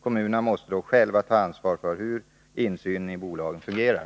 Kommunerna måste dock själva ta ansvar för hur insynen i bolagen fungerar.